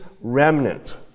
remnant